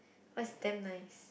[wah] it's damn nice